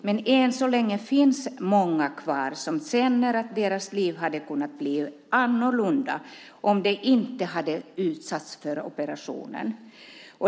Men än så länge finns det många kvar som känner att deras liv hade kunnat bli annorlunda om de inte hade utsatts för operationen.